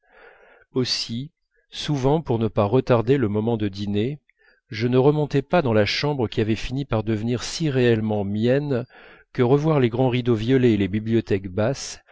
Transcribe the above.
aussi souvent pour ne pas retarder le moment de dîner je ne remontais pas dans la chambre qui avait fini par devenir si réellement mienne que revoir les grands rideaux violets et les bibliothèques basses